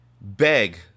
beg